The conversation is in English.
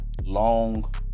long